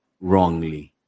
wrongly